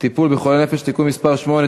טיפול בחולי נפש (תיקון מס' 8),